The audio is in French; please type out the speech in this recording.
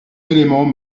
éléments